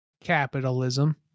Capitalism